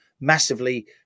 massively